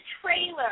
trailer